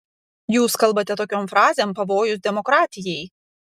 jūs kalbate tokiom frazėm pavojus demokratijai